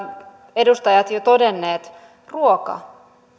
edustajat jo todenneet ruoka